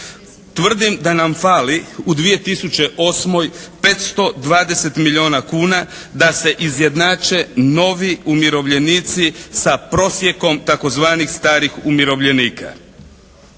Tvrdim da nam fali u 2008. 520 milijuna kuna da se izjednače novi umirovljenici sa prosjekom tzv. starih umirovljenika.